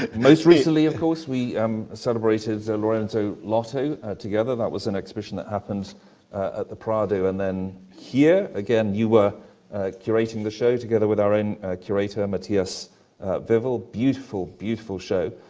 and most recently, of course, we um celebrated lorenzo lotto together. that was an exhibition that happened at the prado and then here. again, you were curating the show, together with our own curator, matthias wivel. a beautiful, beautiful show,